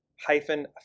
hyphen